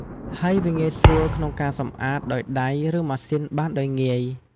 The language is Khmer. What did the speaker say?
ហើយវាងាយស្រួលក្នុងការសម្អាត ដោយដៃ ឬ ម៉ាស៊ីនបានដោយងាយ។